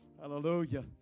Hallelujah